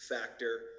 Factor